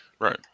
Right